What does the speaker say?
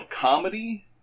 comedy